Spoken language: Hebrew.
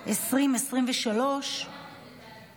התוצאות: עשרה בעד, אין מתנגדים,